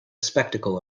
spectacle